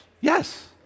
Yes